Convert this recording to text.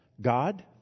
God